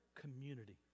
Community